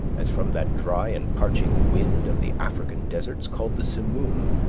as from that dry and parching wind of the african deserts called the simoom,